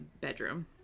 bedroom